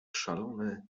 szalony